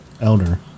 elder